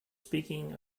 speaking